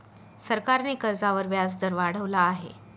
सरकारने कर्जावर व्याजदर वाढवला आहे